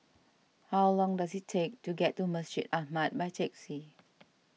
how long does it take to get to Masjid Ahmad by taxi